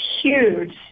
huge